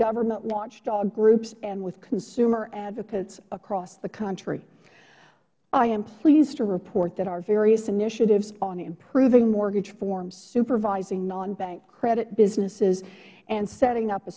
government watchdog groups and with consumer advocates across the country i am pleased to report that our various initiatives on improving mortgage forms supervising nonbank credit businesses and setting up a